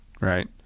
Right